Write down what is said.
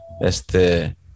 Este